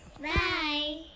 Bye